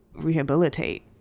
rehabilitate